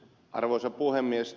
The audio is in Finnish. arvoisa puhemies